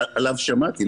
שעליו שמעתי,